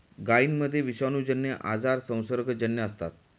गायींमध्ये विषाणूजन्य आजार संसर्गजन्य असतात